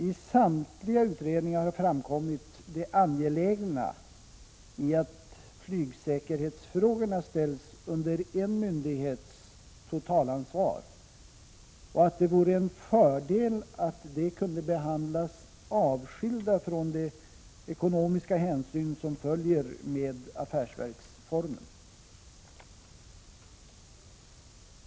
I samtliga utredningar har framkommit det angelägna i att flygsäkerhetsfrågorna ställs under en myndighets totalansvar och att det vore en fördel att de kunde behandlas avskilda från de ekonomiska hänsyn som följer med affärsverksformen.